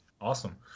awesome